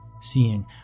seeing